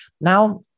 Now